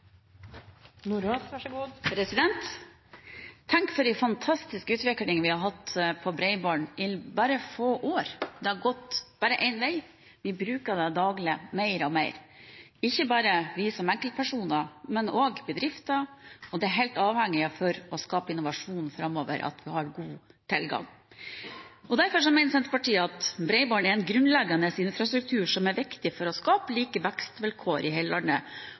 for en fantastisk utvikling vi har hatt innen bredbånd på bare få år. Det har gått bare én vei – vi bruker det daglig, mer og mer, ikke bare vi som enkeltpersoner, men også bedrifter. Det er helt avgjørende for å skape innovasjon framover at vi har god tilgang. Derfor mener Senterpartiet at bredbånd er en grunnleggende infrastruktur er viktig for å skape like vekstvilkår i hele landet,